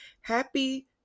Happy